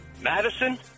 Madison